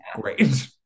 great